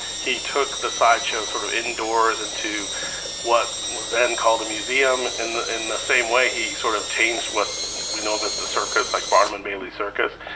he took the sideshow sort of indoors into what was then called a museum in the in the same way he sort of changed what we know of as the circus like barnum and bailey circus.